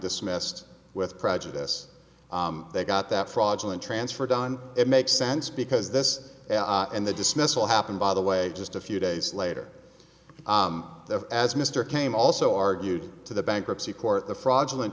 dismissed with prejudice they got that fraudulent transfer done it makes sense because this and the dismissal happened by the way just a few days later as mr came also argued to the bankruptcy court the fraudulent